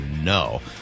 no